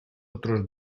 otros